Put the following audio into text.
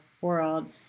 world